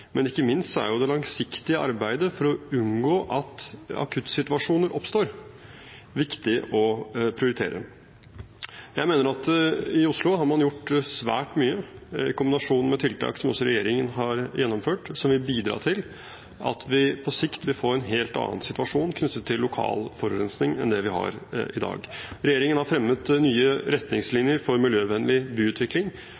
men ikke minst er det langsiktige arbeidet for å unngå at akuttsituasjoner oppstår, viktig å prioritere. Jeg mener at i Oslo har man gjort svært mye, i kombinasjon med tiltak som også regjeringen har gjennomført, som vil bidra til at vi på sikt vil få en helt annen situasjon knyttet til lokal forurensing enn den vi har i dag. Regjeringen har fremmet nye